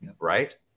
Right